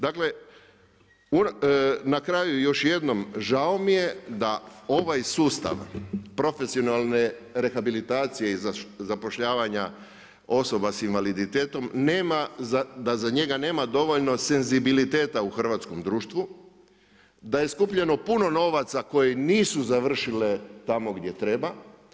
Dakle, na kraju još jednom, žao mi je da ovaj sustav profesionalne rehabilitacije i zapošljavanja osoba sa invaliditetom da za njega nema dovoljno senzibiliteta u hrvatskom društvu, da je skupljeno puno novaca koji nisu završili tamo gdje treba.